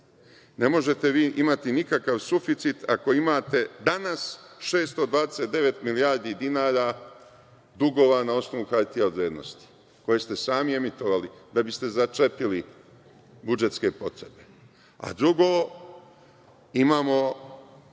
Ne možete vi imati nikakv suficit ako imate danas 629 milijardi dinara dugova na osnovu hartija od vrednosti, koje ste sami emitovali da biste začepili budžetske potrebe. Drugo, imamo